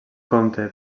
compte